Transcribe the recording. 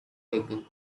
taken